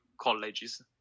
colleges